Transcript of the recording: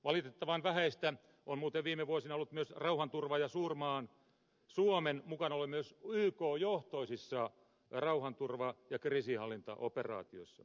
valitettavan vähäistä on viime vuosina ollut myös rauhanturvaaja suurmaa suomen mukanaolo myös yk johtoisissa rauhanturva ja kriisinhallintaoperaatioissa